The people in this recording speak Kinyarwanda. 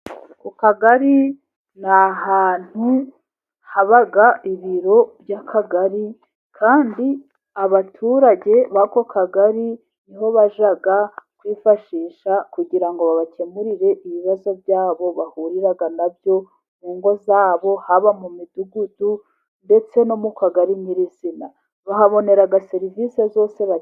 Ku kagari n ahantu haba ibiro by'akagari, kandi abaturage b'ako kagari niho bajya kwifashisha kugira ngo babakemurire ibibazo byabo, bahurira nabyo mu ngo zabo, haba mu midugudu ndetse no mu kagari nyirizina. Bahabonera serivisi zose bakeneye.